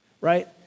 right